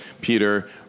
Peter